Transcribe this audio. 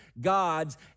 gods